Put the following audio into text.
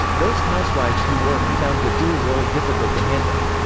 those housewives who worked found the dual role difficult to handle.